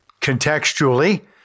Contextually